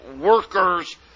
workers